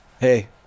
Hey